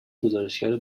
گزارشگر